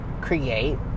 create